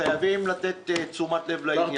חייבים לתת תשומת לב לעניין.